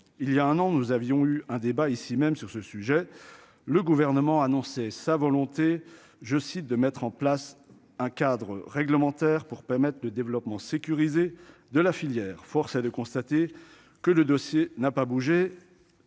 il y a un an, nous avions eu un débat ici même sur ce sujet, le gouvernement a annoncé sa volonté, je cite, de mettre en place un cadre réglementaire pour permettre le développement sécurisé de la filière, force est de constater que le dossier n'a pas bougé